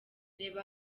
reba